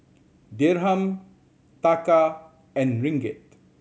Dirham Taka and Ringgit